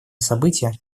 события